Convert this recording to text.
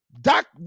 Doc